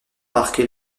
marqué